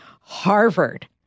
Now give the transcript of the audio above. Harvard